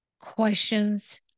questions